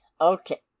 Okay